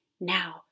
now